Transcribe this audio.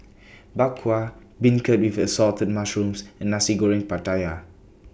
Bak Kwa Beancurd with Assorted Mushrooms and Nasi Goreng Pattaya